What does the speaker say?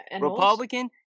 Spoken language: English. republican